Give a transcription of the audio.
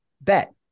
bet